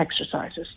exercises